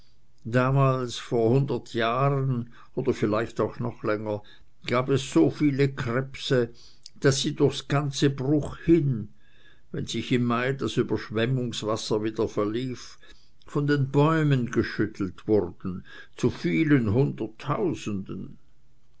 damals vor hundert jahren oder vielleicht auch noch länger gab es so viele krebse daß sie durchs ganze bruch hin wenn sich im mai das überschwemmungswasser wieder verlief von den bäumen geschüttelt wurden zu vielen hunderttausenden